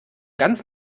ganz